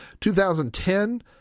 2010